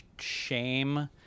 shame